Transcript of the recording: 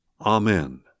Amen